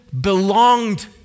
belonged